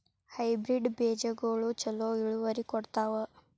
Hybrid ಬೇಜಗೊಳು ಛಲೋ ಇಳುವರಿ ಕೊಡ್ತಾವ?